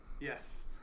Yes